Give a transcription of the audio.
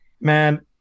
Man